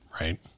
Right